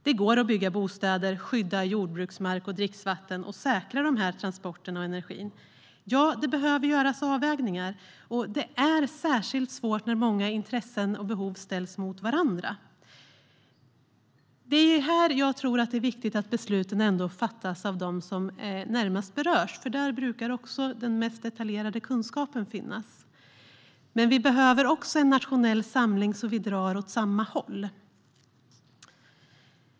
Det går att bygga bostäder, skydda jordbruksmark och dricksvatten och säkra dessa transporter av energi. Ja, det behöver göras avvägningar. Det är särskilt svårt när många intressen och behov ställs mot varandra. Här tror jag att det är viktigt att besluten fattas av de närmast berörda. Där brukar också den mest detaljerade kunskapen finnas. Men vi behöver också en nationell samling så att vi drar åt samma håll.